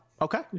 okay